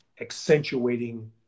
accentuating